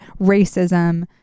racism